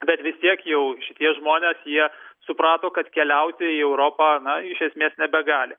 bet vis tiek jau šitie žmonės jie suprato kad keliauti į europą na iš esmės nebegali